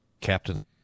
captain